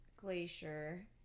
Glacier